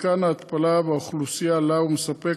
מתקן ההתפלה והאוכלוסייה שלה הוא מספק